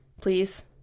Please